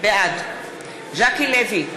בעד ז'קי לוי,